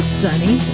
sunny